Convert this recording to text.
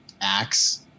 acts